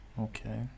Okay